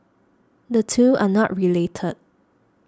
the two are not related